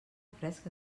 fresca